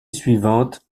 suivante